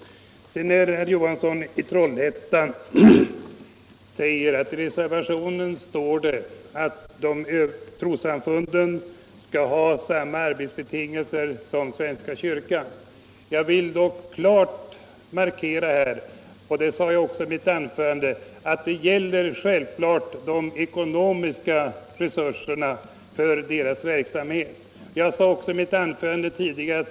Herr Johansson i Trollhättan säger att det står i reservationen att trossamfunden skall ha samma arbetsbetingelser som svenska kyrkan. Jag vill dock klart markera här — och det sade jag också i mitt anförande - att detta gäller självklart de ekonomiska resurserna för samfundens verksamhet.